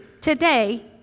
today